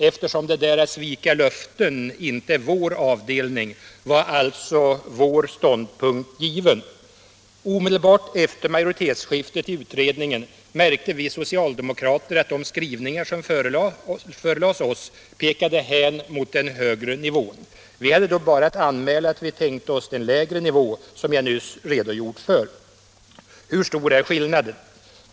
Eftersom det där att svika löften inte är vår avdelning var alltså vår ståndpunkt given. Omedelbart efter majoritetsskiftet i utredningen märkte vi socialdemokrater att de skrivningar som förelades oss pekade hän mot den högre nivån. Vi hade då bara att anmäla att vi tänkte oss den lägre nivå som jag nyss redogjort för. Hur stor är skillnaden?